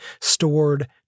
stored